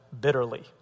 bitterly